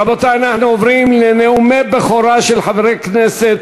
רבותי, אנחנו עוברים לנאומי בכורה של חברי הכנסת,